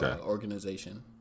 organization